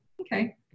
okay